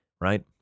right